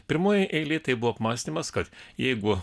pirmoje eilėje tai buvo apmąstymas kad jeigu